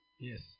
Yes